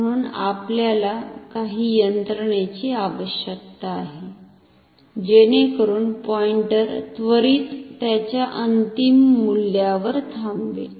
म्हणून आपल्याला काही यंत्रणेची आवश्यकता आहे जेणेकरून पॉईंटर त्वरित त्याच्या अंतिम मूल्यावर थांबेल